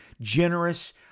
generous